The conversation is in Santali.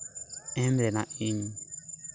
ᱮᱢ ᱨᱮᱱᱟᱜ ᱤᱧ